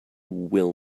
will